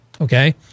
Okay